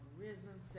risen